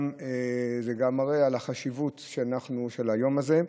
וזה גם מראה על החשיבות של היום הזה.